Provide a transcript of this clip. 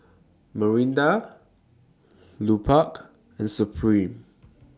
Mirinda Lupark and Supreme